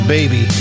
Baby